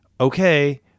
okay